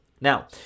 Now